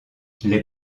les